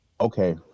Okay